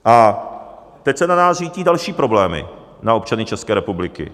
A teď se na nás řítí další problémy, na občany České republiky.